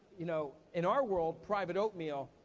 you know in our world, private oatmeal,